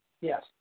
Yes